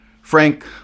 Frank